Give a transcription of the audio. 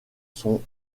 sont